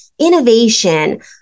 innovation